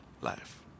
life